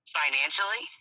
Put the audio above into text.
financially